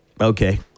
Okay